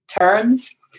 turns